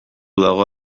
dago